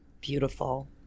beautiful